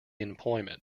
employment